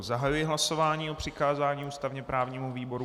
Zahajuji hlasování o přikázání ústavněprávnímu výboru.